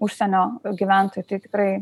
užsienio gyventojų tai tikrai